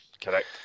Correct